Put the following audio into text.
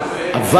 אבל זה,